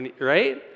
right